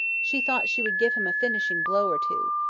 she thought she would give him a finishing blow or two.